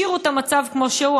השאירו את המצב כמו שהוא.